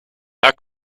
how